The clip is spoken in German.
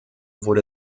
wurde